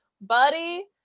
buddy